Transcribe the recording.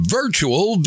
virtual